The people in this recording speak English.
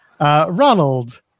Ronald